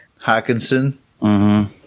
Hawkinson